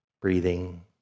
breathing